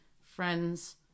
friends